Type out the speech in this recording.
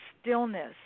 stillness